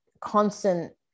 constant